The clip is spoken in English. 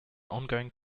ongoing